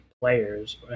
players